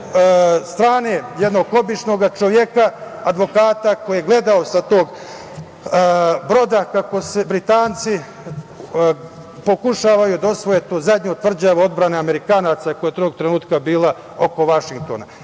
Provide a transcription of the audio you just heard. strane jednog običnog čoveka, advokata, koji je gledao sa tog broda kako Britanci pokušavaju da osvoje tu zadnju tvrđavu odbrane Amerikanaca koja je tog trenutka bila oko Vašingtona. Imamo